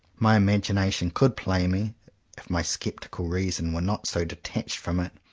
my imagination could play me, if my sceptical reason were not so detached from it,